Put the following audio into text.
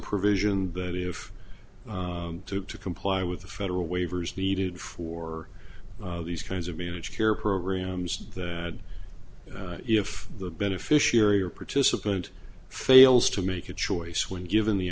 provision that if to comply with the federal waivers needed for these kinds of managed care programs that if the beneficiary or participant fails to make a choice when given the